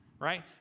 right